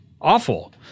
Awful